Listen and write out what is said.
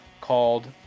called